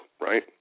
right